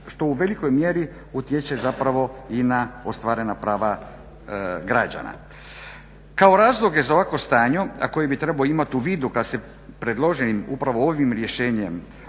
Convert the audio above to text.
što u velikoj mjeri utječe zapravo i na ostvarena prava građana. Kao razloge za ovakvo stanje, a koje bi trebao imati u vidu kada se predloženim upravo ovim rješenjem